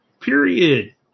Period